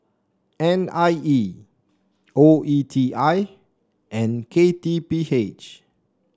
N I E O E T I and K T P H